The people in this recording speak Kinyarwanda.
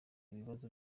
ibibazo